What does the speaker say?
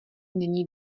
není